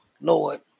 Lord